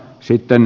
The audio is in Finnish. sitten